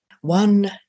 one